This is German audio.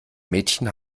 mädchen